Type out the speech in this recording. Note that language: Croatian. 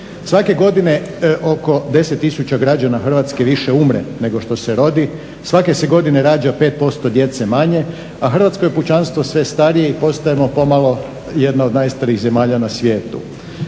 Svake godine oko 10000 građana Hrvatske više umre nego što se rodi, svake godine se rađa 5% djece manje, a hrvatsko pučanstvo je sve starije i postajemo pomalo jedna od najstarijih zemalja na svijetu.